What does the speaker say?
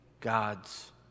God's